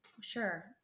Sure